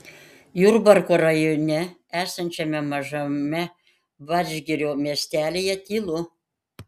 jurbarko rajone esančiame mažame vadžgirio miestelyje tylu